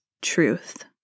truth